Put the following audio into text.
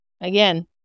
Again